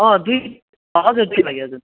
दुई हजुर दुई हजुर